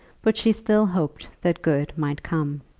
but she still hoped that good might come.